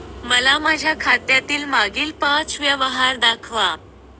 मला माझ्या खात्यातील मागील पांच व्यवहार दाखवा